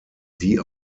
die